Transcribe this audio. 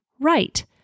right